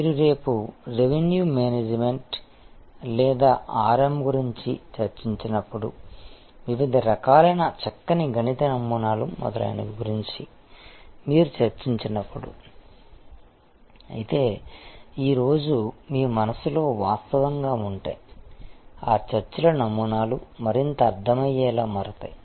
మీరు రేపు revenue management లేదా RM గురించి చర్చించినప్పుడు వివిధ రకాలైన చక్కని గణిత నమూనాలు మొదలైనవి గురించి మీరు చర్చించాము అయితే ఈ రోజు మీ మనస్సులో వాస్తవంగా ఆ చర్చల నమూనాలు మరింత అర్థమయ్యేలా మారతాయి